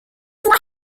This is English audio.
were